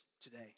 today